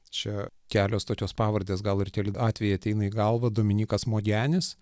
čia kelios tokios pavardės gal ir keli atvejai ateina į galvą dominykas mogenis